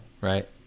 right